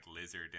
lizard